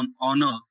honor